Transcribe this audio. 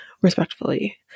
respectfully